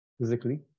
physically